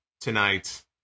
tonight